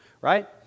right